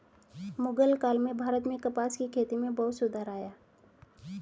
मुग़ल काल में भारत में कपास की खेती में बहुत सुधार आया